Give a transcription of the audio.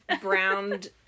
browned